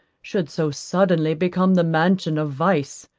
should so suddenly become the mansion of vice.